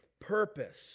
purpose